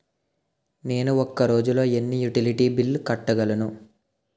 నేను ఒక రోజుల్లో ఎన్ని యుటిలిటీ బిల్లు కట్టగలను?